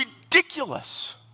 ridiculous